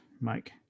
Mike